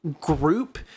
group